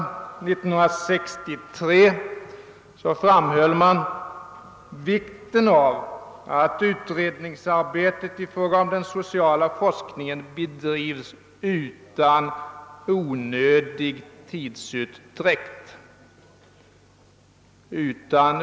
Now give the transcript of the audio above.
1963 framhöll riksdagen vikten av att utredningsarbetet i fråga om den sociala forskningen bedrivs utan onödig tidsutdräkt.